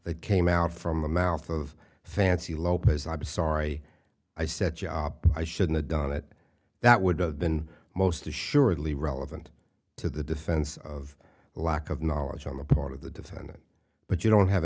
that came out from the mouth of fancy lopez i'm sorry i said job i shouldn't have done it that would've been most assuredly relevant to the defense of lack of knowledge on the part of the defendant but you don't have